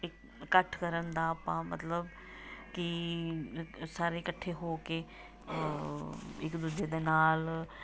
ਇ ਇਕੱਠ ਕਰਨ ਦਾ ਆਪਾਂ ਮਤਲਬ ਕਿ ਸਾਰੇ ਇਕੱਠੇ ਹੋ ਕੇ ਇੱਕ ਦੂਜੇ ਦੇ ਨਾਲ